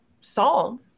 song